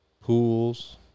pools